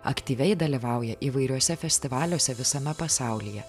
aktyviai dalyvauja įvairiuose festivaliuose visame pasaulyje